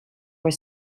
were